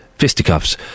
fisticuffs